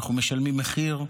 אנחנו משלמים מחיר.